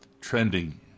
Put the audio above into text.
trending